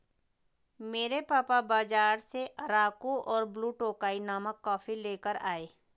मेरे पापा बाजार से अराकु और ब्लू टोकाई नामक कॉफी लेकर आए